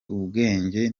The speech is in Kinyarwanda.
ubwenge